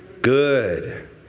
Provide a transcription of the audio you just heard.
good